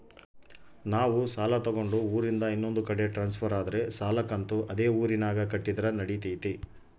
ನಾವು ಸಾಲ ತಗೊಂಡು ಊರಿಂದ ಇನ್ನೊಂದು ಕಡೆ ಟ್ರಾನ್ಸ್ಫರ್ ಆದರೆ ಸಾಲ ಕಂತು ಅದೇ ಊರಿನಾಗ ಕಟ್ಟಿದ್ರ ನಡಿತೈತಿ?